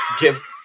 give